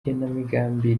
igenamigambi